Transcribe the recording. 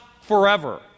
forever